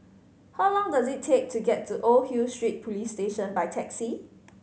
how long does it take to get to Old Hill Street Police Station by taxi